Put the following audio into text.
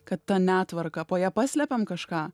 kad ta netvarka po ja paslepiam kažką